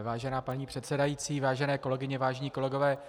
Vážená paní předsedající, vážené kolegyně, vážení kolegové.